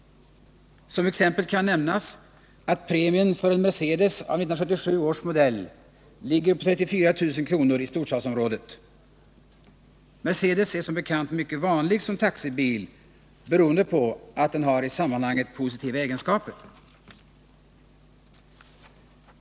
Som exempel kan nämnas att premien för en Mercedes av 1977 års modell ligger på 34 000 kr. i storstadsområdet. Mercedes är som bekant mycket vanlig som taxibil, beroende på att den har i sammanhanget positiva egenskaper.